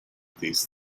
these